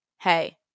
hey